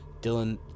Dylan